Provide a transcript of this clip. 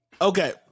Okay